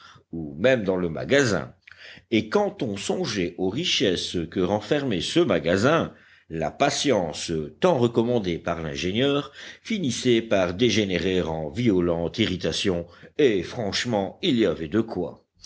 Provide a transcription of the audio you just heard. ou même dans le magasin et quand on songeait aux richesses que renfermait ce magasin la patience tant recommandée par l'ingénieur finissait par dégénérer en violente irritation et franchement il y avait de quoi